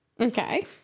Okay